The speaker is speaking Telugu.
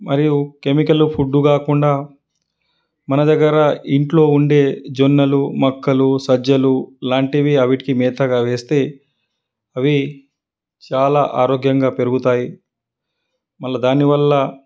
మరియు కెమికల్ ఫుడ్డు కాకుండా మన దగ్గర ఇంట్లో ఉండే జొన్నలు మొక్కలు సజ్జలు లాంటివి వాటికి మేతగా వేస్తే అవి చాలా ఆరోగ్యంగా పెరుగుతాయి మరల దాని వల్ల